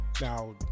Now